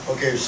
Okay